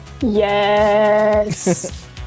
Yes